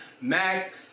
Mac